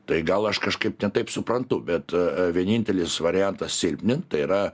tai gal aš kažkaip ne taip suprantu bet vienintelis variantas silpnint tai yra